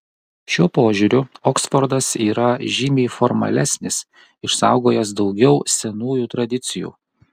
šiuo požiūriu oksfordas yra žymiai formalesnis išsaugojęs daugiau senųjų tradicijų